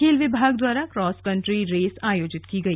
खेल विभाग द्वारा क्रॉस कंट्री रेस आयोजित की गई